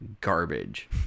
garbage